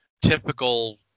typical